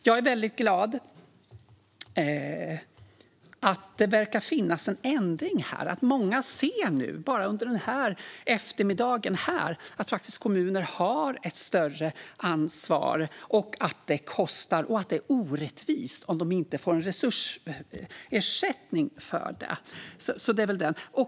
Jag är väldigt glad att det verkar ske en förändring här och att många nu ser, bara under den här eftermiddagen, att kommuner faktiskt har ett större ansvar och att det kostar och är orättvist om de inte får en resursersättning för det.